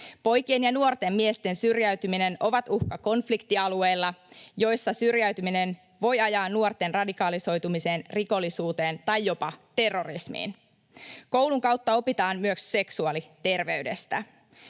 Poikien ja nuorten miesten syrjäytyminen on uhka konfliktialueilla, joissa syrjäytyminen voi ajaa nuorten radikalisoitumiseen, rikollisuuteen tai jopa terrorismiin. Koulun kautta opitaan myös seksuaaliterveydestä.